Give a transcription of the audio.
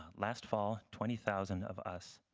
last fall, twenty thousand of us,